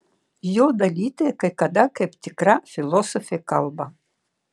jo dalytė kai kada kaip tikra filosofė kalba